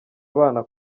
abana